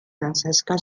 francesca